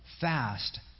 fast